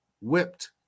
whipped